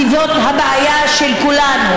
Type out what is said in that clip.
כי זאת הבעיה של כולנו.